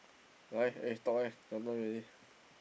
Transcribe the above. why eh talk leh your turn already